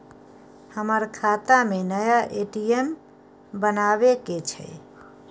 हमर खाता में नया ए.टी.एम बनाबै के छै?